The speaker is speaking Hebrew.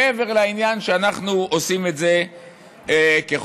מעבר לעניין שאנחנו עושים את זה כחובה.